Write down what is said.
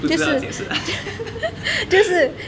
不知道解释啊